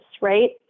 right